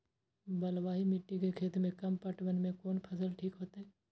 बलवाही मिट्टी के खेत में कम पटवन में कोन फसल ठीक होते?